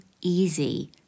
easy